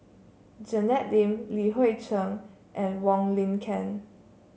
Janet Lim Li Hui Cheng and Wong Lin Ken